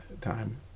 time